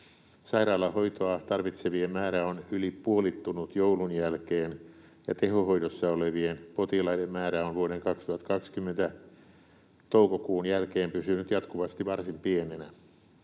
Sairaalahoitoa tarvitsevien määrä on yli puolittunut joulun jälkeen, ja tehohoidossa olevien potilaiden määrä on vuoden 2020 toukokuun jälkeen pysynyt jatkuvasti varsin pienenä.